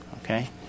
Okay